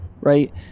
right